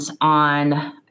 on